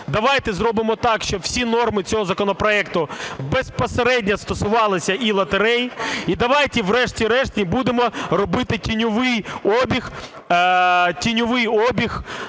давайте зробимо так, щоб усі норми цього законопроекту безпосередньо стосувалися і лотерей. І давайте врешті-решт не будемо робити тіньовий обіг